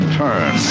turn